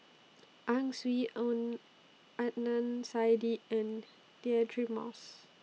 Ang Swee Aun Adnan Saidi and Deirdre Moss